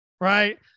Right